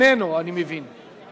אני מבין שאיננו.